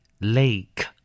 Lake